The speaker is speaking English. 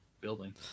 building